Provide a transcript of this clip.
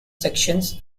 sections